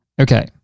Okay